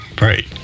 Right